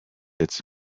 its